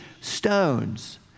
stones